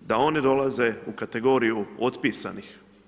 da oni dolaze u kategoriju otpisanih?